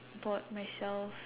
bought myself